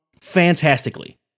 fantastically